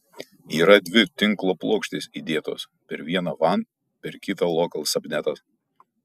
yra dvi tinklo plokštes įdėtos per vieną wan per kitą lokal subnetas